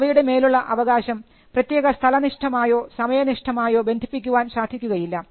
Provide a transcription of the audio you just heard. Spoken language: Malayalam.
അവയുടെ മേലുള്ള അവകാശം പ്രത്യേക സ്ഥലനിഷ്ഠമായോ സമയനിഷ്ഠമായോ ബന്ധിപ്പിക്കുവാൻ സാധിക്കുകയില്ല